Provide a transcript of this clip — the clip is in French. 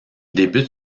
débute